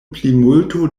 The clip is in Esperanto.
plimulto